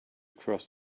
cross